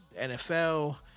NFL